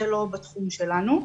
זה לא בתחום שלנו.